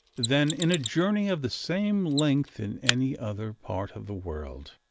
than in a journey of the same length in any other part of the world.